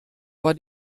war